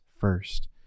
first